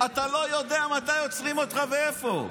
אתה לא יודע מתי עוצרים אותך ואיפה.